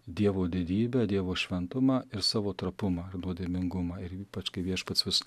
dievo didybę dievo šventumą ir savo trapumą ir nuodėmingumą ir ypač kai viešpats vis